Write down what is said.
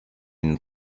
une